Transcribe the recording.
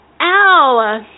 Ow